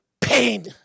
pain